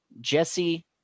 jesse